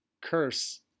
curse